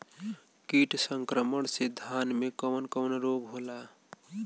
कीट संक्रमण से धान में कवन कवन रोग होला?